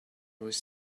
was